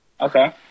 Okay